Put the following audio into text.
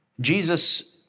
Jesus